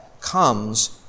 comes